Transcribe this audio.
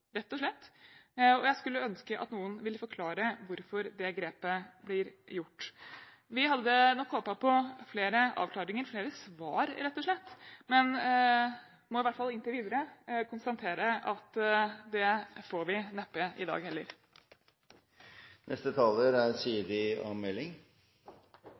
rett og slett. Jeg skulle ønske noen ville forklare hvorfor det grepet blir gjort. Vi hadde nok håpet på flere avklaringer, flere svar rett og slett, men vi må – i hvert fall inntil videre – konstatere at vi neppe får det i dag